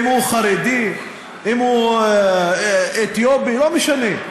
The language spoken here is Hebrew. אם הוא חרדי, אם הוא אתיופי, לא משנה.